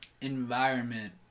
environment